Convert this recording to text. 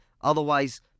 Otherwise